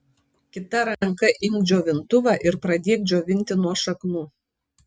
kita ranka imk džiovintuvą ir pradėk džiovinti nuo šaknų